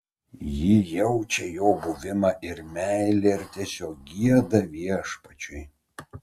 ji jaučia jo buvimą ir meilę ir tiesiog gieda viešpačiui